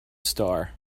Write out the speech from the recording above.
star